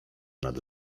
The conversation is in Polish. nad